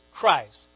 Christ